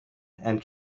and